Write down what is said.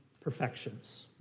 perfections